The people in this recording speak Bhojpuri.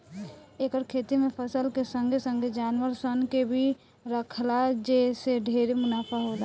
एकर खेती में फसल के संगे संगे जानवर सन के भी राखला जे से ढेरे मुनाफा होला